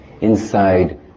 inside